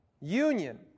union